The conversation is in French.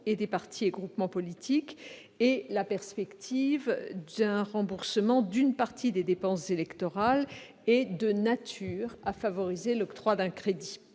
et des partis et groupements politiques. La perspective d'un remboursement d'une partie des dépenses électorales est de nature à favoriser l'octroi d'un crédit.